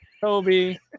Toby